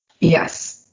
yes